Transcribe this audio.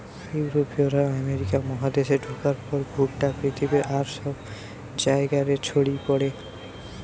ইউরোপীয়রা আমেরিকা মহাদেশে ঢুকার পর ভুট্টা পৃথিবীর আর সব জায়গা রে ছড়ি পড়ে